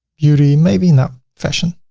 beauty, maybe not fashion.